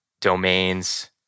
domains